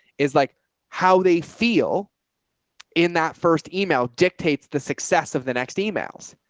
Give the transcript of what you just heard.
is like how they feel in that first email dictates the success of the next emails.